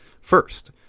first